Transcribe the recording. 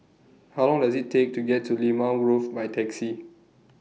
How Long Does IT Take to get to Limau Grove By Taxi